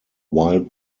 while